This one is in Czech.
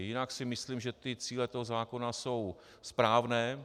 Jinak si myslím, že cíle zákona jsou správné.